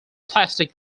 plastic